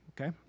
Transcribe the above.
Okay